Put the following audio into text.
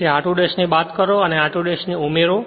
તેથી r2 ' ને બાદ કરો અને r2 ' ઉમેરો